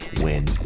win